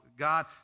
God